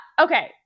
Okay